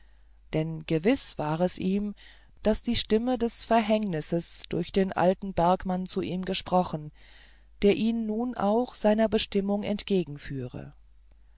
denn gewiß war es ihm daß die stimme des verhängnisses durch den alten bergmann zu ihm gesprochen der ihn nun auch seiner bestimmung